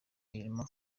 imirimo